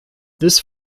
this